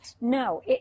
no